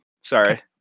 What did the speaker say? Sorry